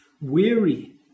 weary